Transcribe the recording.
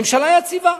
ממשלה יציבה.